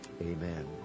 Amen